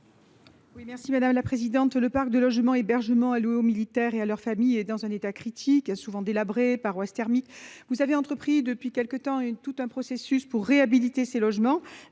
merci madame la présidente, le parc de logements, hébergement aux militaires et à leurs familles et dans un état critique, a souvent délabrées par Ouest-thermique. Vous avez entrepris depuis quelques temps une tout un processus pour réhabiliter ces logements